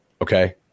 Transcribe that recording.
okay